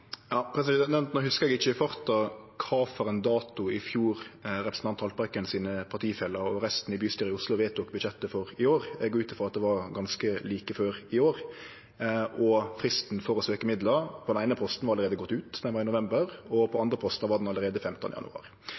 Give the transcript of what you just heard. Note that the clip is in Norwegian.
hugsar eg ikkje i farta kva for ein dato i fjor representanten Haltbrekkens partifellar og resten av bystyret i Oslo vedtok budsjettet for i år. Eg går ut frå at det var ganske like før i år. Fristen for å søkje midlar på den eine posten var allereie gått ut, den var i november, og på andre postar var den allereie 15. januar.